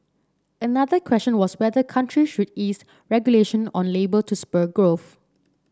another question was whether country should ease regulation on labour to spur growth